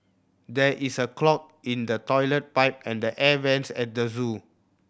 there is a clog in the toilet pipe and the air vents at the zoo